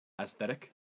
aesthetic